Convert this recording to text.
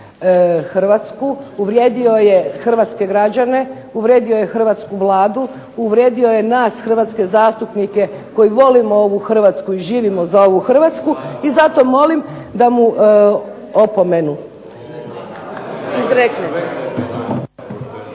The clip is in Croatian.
Hrvatsku uvrijedio je hrvatske građane, uvrijedio je hrvatsku Vladu, uvrijedio je nas hrvatske zastupnike koji volimo ovu Hrvatsku i živimo za ovu Hrvatsku i zato molim da mu opomenu